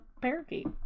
parakeet